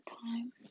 time